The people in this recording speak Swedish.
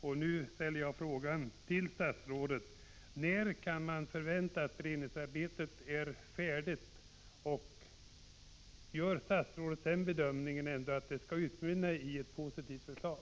Jag vill därför fråga statsrådet: När kan man förvänta att beredningsarbetet är färdigt? Gör statsrådet den bedömningen att detta arbete skulle kunna utmynna i ett positivt förslag?